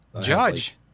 Judge